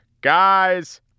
Guys